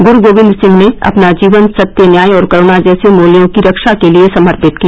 गुरु गोबिन्द सिंह ने अपना जीवन सत्य न्याय और करुणा जैसे मूल्यों की रक्षा के लिये समर्पित किया